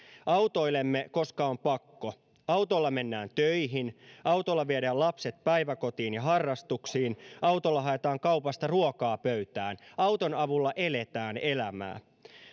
autoilemme koska on pakko autolla mennään töihin autolla viedään lapset päiväkotiin ja harrastuksiin autolla haetaan kaupasta ruokaa pöytään auton avulla eletään elämää